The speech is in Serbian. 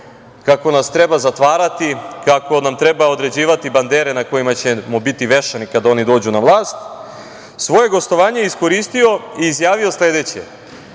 kako nas treba zatvarati, kako nam treba određivati bandere na kojima ćemo biti vešani kada oni dođu na vlast, svoje gostovanje je iskoristio i izjavio sledeće